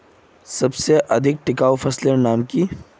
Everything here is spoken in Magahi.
सबसे अधिक टिकाऊ फसलेर नाम की?